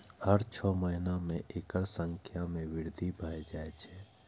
हर छह महीना मे एकर संख्या मे वृद्धि भए जाए छै